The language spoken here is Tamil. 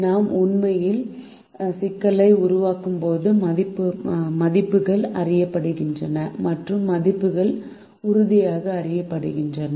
நாம் உண்மையில் சிக்கலை உருவாக்கும் போது மதிப்புகள் அறியப்படுகின்றன மற்றும் மதிப்புகள் உறுதியாக அறியப்படுகின்றன